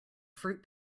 fruit